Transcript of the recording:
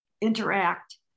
interact